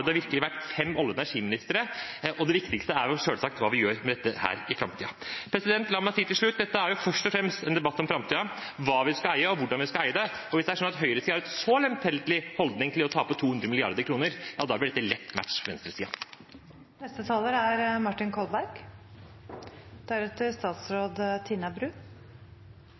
virkelig vært fem olje- og energiministre, og det viktigste er selvsagt hva vi gjør med dette i framtiden. La meg til slutt si at dette først og fremst er en debatt om framtiden, hva vi skal eie, og hvordan vi skal eie det. Hvis det er sånn at høyresiden har en så lemfeldig holdning til det å tape 200 mrd. kr, blir dette lett match for venstresiden. Jeg sier det slik: Hvorfor denne voldsomme aggresjonen? Hvorfor denne voldsomme aggresjonen? Det som er